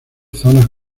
zonas